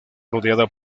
rodeada